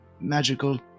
magical